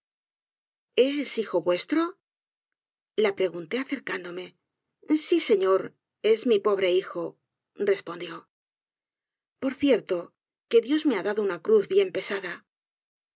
í hijo vuestro la pregunté acercándome si señor es mi pobre hijo respondió por cierto que dios me ha dado una cruz bien pesada